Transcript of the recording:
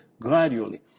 gradually